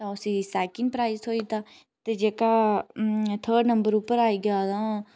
उसी second prize थ्होई दा ते जेह्का थर्ड़ नंबर उप्पर आइया तां